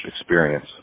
experience